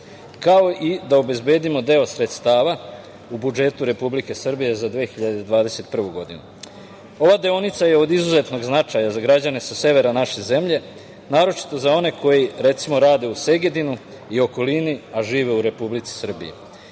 kao i da obezbedimo deo sredstava u budžetu Republike Srbije za 2021. godinu. Ova deonica je od izuzetnog značaja za građane sa severa naše zemlje, naročito za one koji, recimo, rade u Segedinu i okolini, a žive u Republici Srbiji.